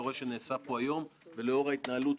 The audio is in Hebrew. שאני נלחמתי על זה בכל הכוח.